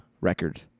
record